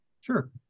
Sure